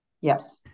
Yes